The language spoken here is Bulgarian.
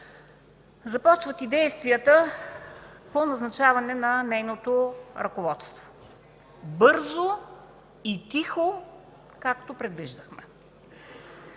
започват и действията по назначаване на нейното ръководство – бързо и тихо, както предвиждахме.